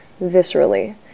viscerally